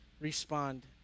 respond